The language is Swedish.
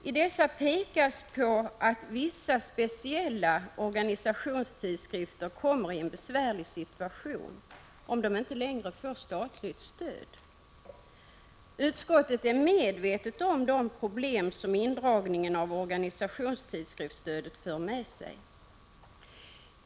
I dessa pekas på att vissa speciella organisationstidskrifter kommer i en besvärlig situation om de inte längre får statligt stöd. Utskottet är medvetet om de problem som indragningen av organisationstidskriftsstödet för med sig.